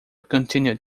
continued